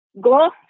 Go